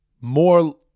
more